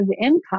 income